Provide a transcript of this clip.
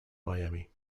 miami